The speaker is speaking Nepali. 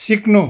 सिक्नु